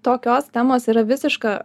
tokios temos yra visiška